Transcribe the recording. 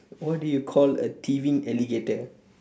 what do you call a thieving alligator